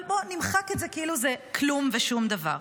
אבל בוא נמחק את זה כאילו זה כלום ושום דבר.